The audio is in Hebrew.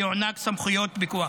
ויוענקו סמכויות פיקוח.